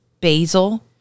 basil